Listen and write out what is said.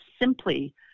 simply